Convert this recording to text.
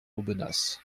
aubenas